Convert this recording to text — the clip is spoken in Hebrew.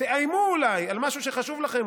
תאיימו אולי על משהו שחשוב לכם,